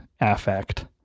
affect